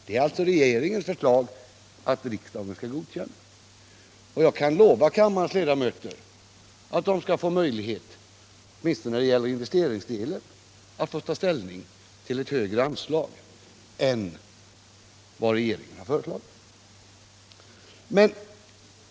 Det är alltså vad regeringen föreslår att riksdagen skall godkänna. Jag kan lova kammarens ledamöter att de skall få möjligheter, åtminstone när det gäller investeringsdelen, att ta ställning till ett högre anslag än det som regeringen föreslagit.